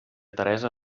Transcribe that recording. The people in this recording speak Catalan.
teresa